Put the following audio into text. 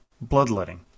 bloodletting